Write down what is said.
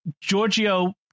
Giorgio